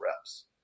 reps